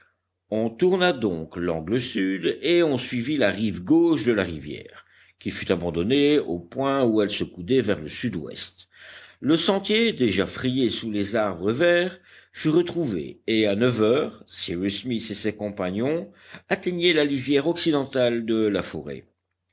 on tourna donc l'angle sud et on suivit la rive gauche de la rivière qui fut abandonnée au point où elle se coudait vers le sud-ouest le sentier déjà frayé sous les arbres verts fut retrouvé et à neuf heures cyrus smith et ses compagnons atteignaient la lisière occidentale de la forêt